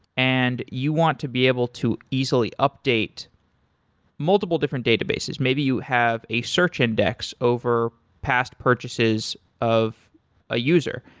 and you want to be able to easily update multiple different databases. maybe you have a search index over past purchases of a user.